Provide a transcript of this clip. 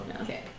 okay